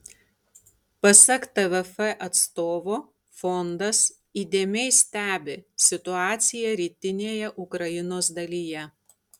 pasak tvf atstovo fondas įdėmiai stebi situaciją rytinėje ukrainos dalyje